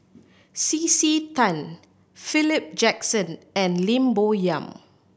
C C Tan Philip Jackson and Lim Bo Yam